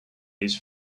this